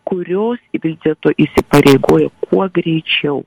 kurios vis dėlto įsipareigojo kuo greičiau